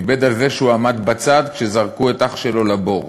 הוא איבד על זה שהוא עמד בצד כשזרקו את אח שלו לבור.